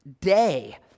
day